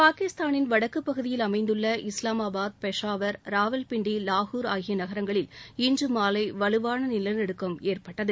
பாகிஸ்தானின் வடக்குப்பகுதியில் அமைந்துள்ள இஸ்லாமாபாத் பெஷாவர் ராவல்பிண்டி லாகூர் ஆகிய நகரங்களில் இன்று மாலை வலுவான நிலநடுக்கம் ஏற்பட்டது